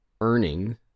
earning